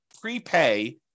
prepay